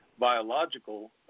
Biological